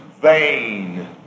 Vain